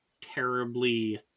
terribly